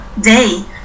day